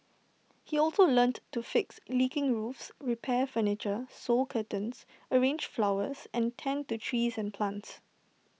he also learnt to fix leaking roofs repair furniture sew curtains arrange flowers and tend to trees and plants